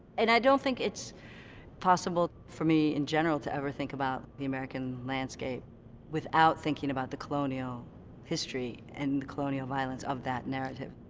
and i don't think it's possible for me, in general, to ever think about the american landscape without thinking about the colonial history and the colonial violence of that narrative.